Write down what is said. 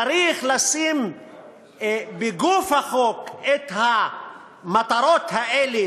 צריך לשים בגוף החוק את המטרות האלה,